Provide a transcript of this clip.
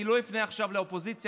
אני לא אפנה עכשיו לאופוזיציה,